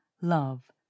love